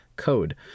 code